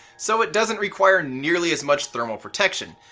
so it doesn't require nearly as much thermal protection.